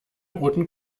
roten